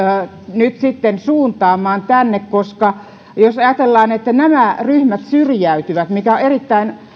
nyt sitten suuntaamaan tänne jos ajatellaan että nämä ryhmät syrjäytyvät mikä on erittäin